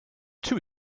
too